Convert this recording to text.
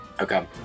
Okay